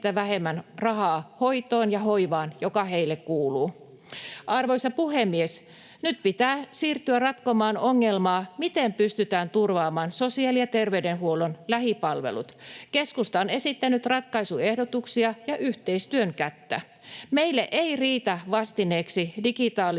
Arvoisa puhemies! Nyt pitää siirtyä ratkomaan sitä ongelmaa, miten pystytään turvaamaan sosiaali- ja terveydenhuollon lähipalvelut. Keskusta on esittänyt ratkaisuehdotuksia ja yhteistyön kättä. Meille eivät riitä vastineeksi digitaaliset